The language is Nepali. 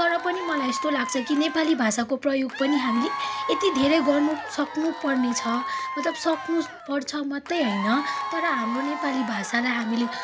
तर पनि मलाई यस्तो लाग्छ कि नेपाली भाषाको प्रयोग पनि हामीले यति धेरै गर्नु सक्नुपर्नेछ मतलब सक्नुपर्छ मात्रै होइन तर हाम्रो नेपाली भाषालाई हामीले